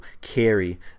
carry